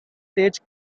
stage